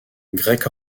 grec